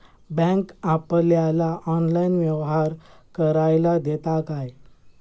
Bank आपल्याला online व्यवहार करायला देता काय?